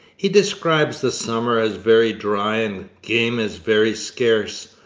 he describes the summer as very dry and game as very scarce,